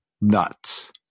nuts